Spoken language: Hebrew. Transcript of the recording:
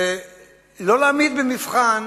ולא להעמיד במבחן